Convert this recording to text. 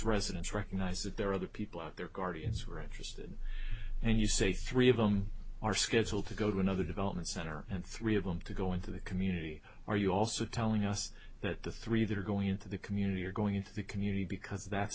residents recognize that there are other people out there guardians who are interested and you say three of them are scheduled to go to another development center and three of them to go into the community are you also telling us that the three that are going into the community are going into the community because that's